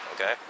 okay